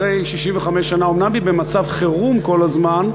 אחרי 65 שנה אומנם היא במצב חירום כל הזמן,